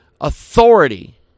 authority